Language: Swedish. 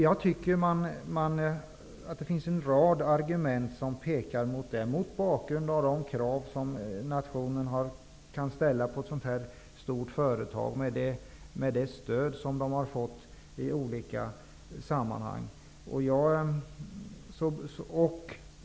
Jag tycker att det finns en rad argument som talar för det, mot bakgrund av de krav som nationen kan ställa på ett så stort företag med hänsyn till det stöd som företaget har fått i olika sammanhang.